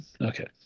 Okay